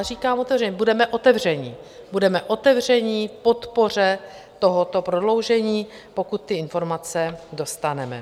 Říkám otevřeně: budeme otevření podpoře tohoto prodloužení, pokud ty informace dostaneme.